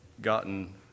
gotten